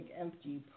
empty